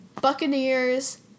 Buccaneers